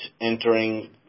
entering